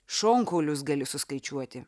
šonkaulius gali suskaičiuoti